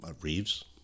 Reeves